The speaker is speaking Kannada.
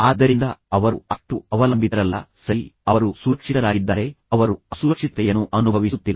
ಆದ್ದರಿಂದ ಅವರು ಅಷ್ಟು ಅವಲಂಬಿತರಲ್ಲ ಸರಿ ಅವರು ಸುರಕ್ಷಿತರಾಗಿದ್ದಾರೆ ಅವರು ಅಸುರಕ್ಷಿತತೆಯನ್ನು ಅನುಭವಿಸುತ್ತಿಲ್ಲ